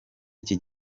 iki